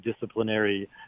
disciplinary